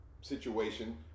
situation